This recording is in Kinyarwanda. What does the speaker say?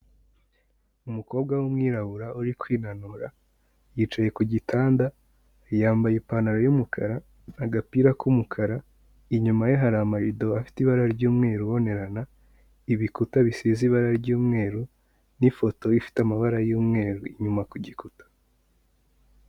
Umukobwa w'umwirabura uri kwinanura, yicaye ku gitanda, yambaye ipantaro y'umukara agapira k'umukara, inyuma ye hari amarido afite ibara ry'umweru abonerana, ibikuta bisize ibara ry'umweru n'ifoto ifite amabara y'umweru inyuma ku gikuta.